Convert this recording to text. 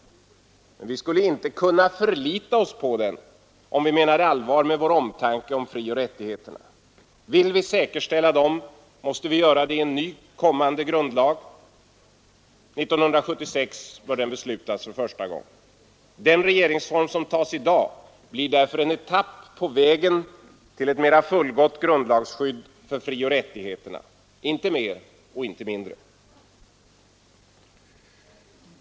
Men vi skulle inte kunna förlita oss på den, om vi menar allvar med vår omtanke om frioch rättigheterna. Vill vi säkerställa dem måste vi göra det i en ny grundlag. År 1976 bör den beslutas för första gången. Den regeringsform som antas i dag blir därför en etapp på vägen till ett mera fullgott grundlagsskydd för frioch rättigheterna — inte mer och inte mindre.